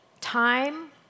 time